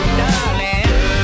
darling